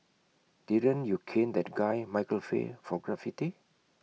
didn't you cane that guy Michael Fay for graffiti